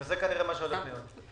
זה כנראה מה שהולך להיות.